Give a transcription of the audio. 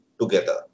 together